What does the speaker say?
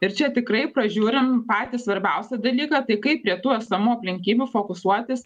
ir čia tikrai pražiūrim patį svarbiausią dalyką tai kaip prie tų esamų aplinkybių fokusuotis